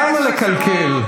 למה לקלקל?